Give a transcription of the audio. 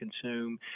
consume